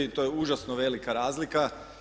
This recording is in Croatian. To je užasno velika razlika.